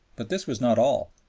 but this was not all.